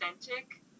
authentic